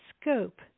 scope